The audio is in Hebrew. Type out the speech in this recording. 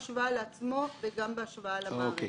זאת בהשוואה לעצמו ובהשוואה למערכת.